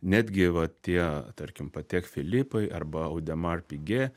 netgi vat tie tarkim patek filipai arba audemar pige